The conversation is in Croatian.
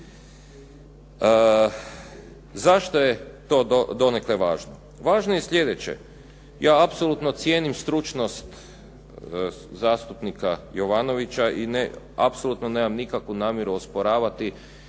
Zašto je to donekle važno? Važno je slijedeće. Ja apsolutno cijenim stručnost zastupnika Jovanovića i apsolutno nemam nikakvu namjeru osporavati